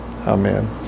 Amen